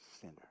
sinner